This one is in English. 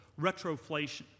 retroflation